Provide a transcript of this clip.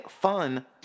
fun